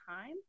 time